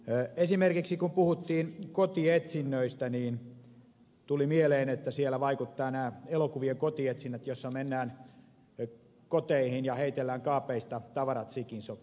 kun esimerkiksi puhuttiin kotietsinnöistä tuli mieleen että siellä vaikuttavat nämä elokuvien kotietsinnät joissa mennään koteihin ja heitellään kaapeista tavarat sikin sokin